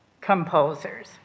composers